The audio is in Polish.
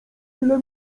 tyle